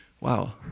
Wow